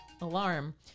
alarm